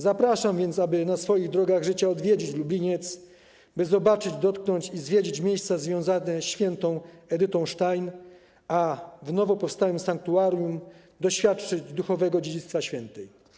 Zapraszam więc, aby na swoich drogach życia odwiedzić Lubliniec, by zobaczyć, dotknąć i zwiedzić miejsca związane ze św. Edytą Stein, a w nowo powstałym sanktuarium doświadczyć duchowego dziedzictwa świętej.